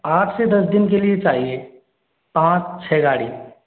आठ से दस दिन के लिए चाहिए पाँच छ गाड़ी